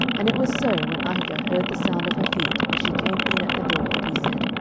and it was so, when ahijah heard the sound of her feet, as she came in at the door, that he said,